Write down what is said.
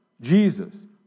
Jesus